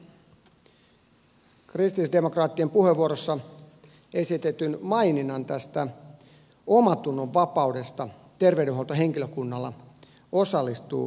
toisena esimerkkinä haluan nostaa esille kristillisdemokraattien puheenvuorossa esitetyn maininnan terveydenhuoltohenkilökunnan omantunnonvapaudesta osallistua raskaudenkeskeytykseen